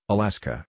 Alaska